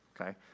okay